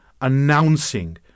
announcing